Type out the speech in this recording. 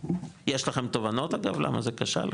יש לכם תובנות, אגב, למה זה כשל?